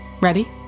Ready